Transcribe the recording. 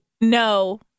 No